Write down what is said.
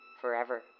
forever